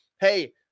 hey